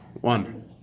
One